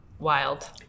Wild